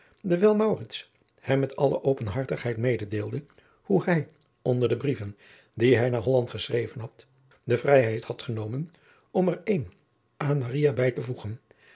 dewijl maurits hem met alle openhartigheid mededeelde hoe hij onder de brieven die hij naar holland geschreven had de vrijheid had genomen om er een aan maria bij te voegen